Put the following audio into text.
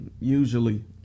Usually